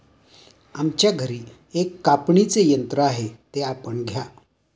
आमच्या घरी एक कापणीचे यंत्र आहे ते आपण घ्या